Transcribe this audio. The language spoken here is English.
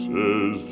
Says